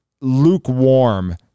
lukewarm